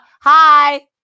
hi